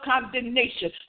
condemnation